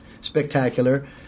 spectacular